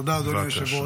תודה, אדוני היושב-ראש.